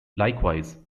likewise